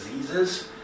diseases